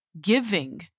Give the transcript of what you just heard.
giving